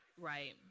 Right